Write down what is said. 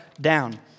down